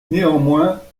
néanmoins